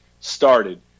started